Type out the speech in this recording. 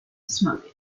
smoking